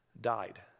died